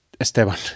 Esteban